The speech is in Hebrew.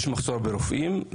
יש מחסור ברופאים,